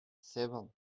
seven